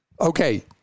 Okay